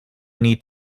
need